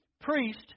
priest